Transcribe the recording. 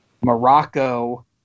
Morocco